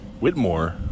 Whitmore